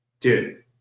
dude